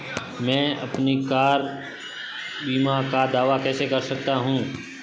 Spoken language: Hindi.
मैं अपनी कार बीमा का दावा कैसे कर सकता हूं?